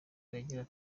iragira